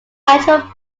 actual